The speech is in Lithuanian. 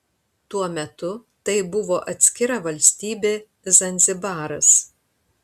tuo metu tai buvo atskira valstybė zanzibaras